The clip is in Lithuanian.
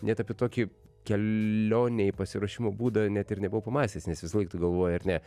net apie tokį kelionei pasiruošimo būdą net ir nebuvau pamąstęs nes visąlaik tu galvoji ar ne